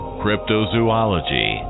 cryptozoology